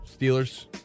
Steelers